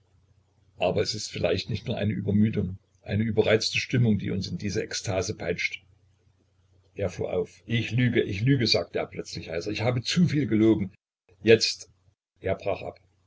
aber ist es vielleicht nicht nur eine übermüdung eine überreizte stimmung die uns in diese ekstase peitscht er fuhr auf ich lüge ich lüge sagte er plötzlich heiser ich habe zu viel gelogen jetzt er brach ab